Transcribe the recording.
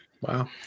wow